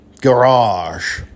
garage